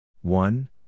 one